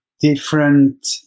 different